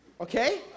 Okay